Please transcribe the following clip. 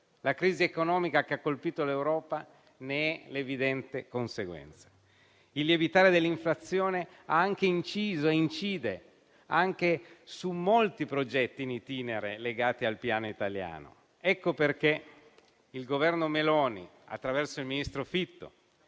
La crisi economica che ha colpito l'Europa ne è l'evidente conseguenza. Il lievitare dell'inflazione ha inciso e incide anche su molti progetti *in itinere* legati al piano italiano. Per questo il Governo Meloni, attraverso il ministro Fitto,